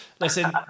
Listen